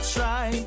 Try